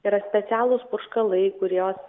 yra specialūs purškalai kuriuos